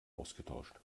ausgetauscht